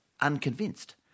unconvinced